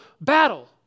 battle